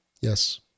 yes